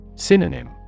Synonym